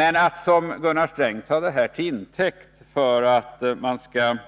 Att såsom Gunnar Sträng ta detta till intäkt för att man skulle